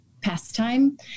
pastime